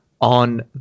on